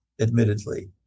admittedly